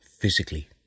physically